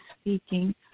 speaking